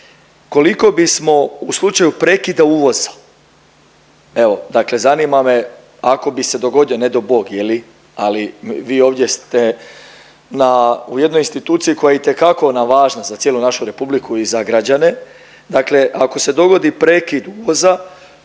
Koliko bismo u slučaju prekida uvoda, evo dakle zanima me ako bi se dogodio, ne do Bog je li, ali vi ovdje ste na u jednoj instituciji koja je itekako nam važna za cijelu našu republiku i za građane, dakle ako se dogodi prekid uvoza,